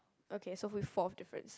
okay so we have four of difference